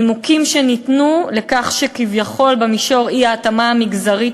הנימוקים שניתנו לכך שכביכול במישור האי-התאמה המגזרית